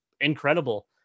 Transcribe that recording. incredible